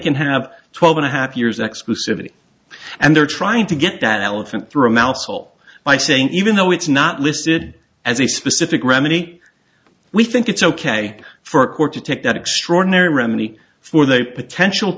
can have twelve and a half years exclusivity and they're trying to get that elephant through mouse hole by saying even though it's not listed as a specific remedy we think it's ok for a court to take that extraordinary remedy for the potential